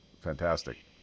fantastic